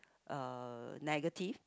uh negative